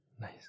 Nice